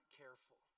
careful